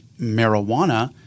marijuana